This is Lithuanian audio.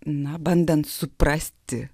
na bandant suprasti